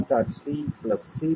b' b'